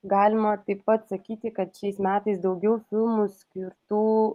galima taip pat sakyti kad šiais metais daugiau filmų skirtų